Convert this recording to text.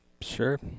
Sure